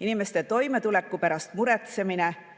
inimeste toimetuleku pärast muretsemine;